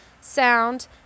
sound